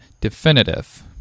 definitive